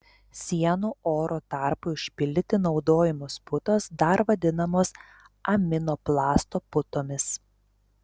sienų oro tarpui užpildyti naudojamos putos dar vadinamos aminoplasto putomis